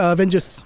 Avengers